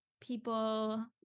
people